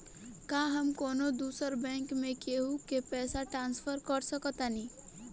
का हम कौनो दूसर बैंक से केहू के पैसा ट्रांसफर कर सकतानी?